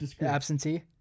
Absentee